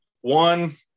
one